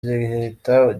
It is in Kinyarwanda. gihita